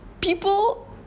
People